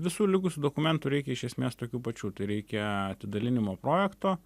visų likusių dokumentų reikia iš esmės tokių pačių tai reikia atidalinimo projekto